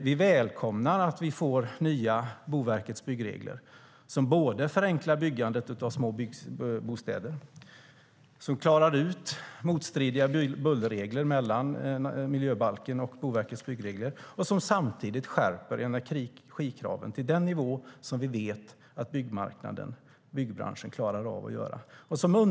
Vi välkomnar att vi får Boverkets nya byggregler som både förenklar byggandet av små bostäder och klarar ut motstridiga bullerregler mellan miljöbalken och Boverkets byggregler och som samtidigt skärper energikraven till en nivå som vi vet att byggbranschen klarar av.